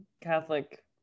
Catholic